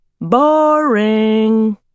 Boring